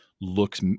looks